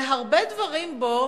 והרבה דברים בו